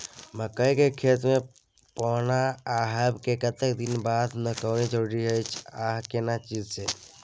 मकई के खेत मे पौना आबय के कतेक दिन बाद निकौनी जरूरी अछि आ केना चीज से?